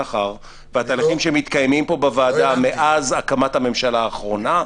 מאחר והתהליכים שמתקיימים פה בוועדה מאז הקמת הממשלה האחרונה,